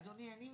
אדוני,